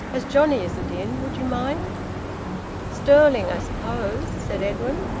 as johnnie isn't in, would you mind stirling, i suppose? said edwin.